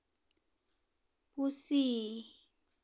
ᱯᱩᱥᱤ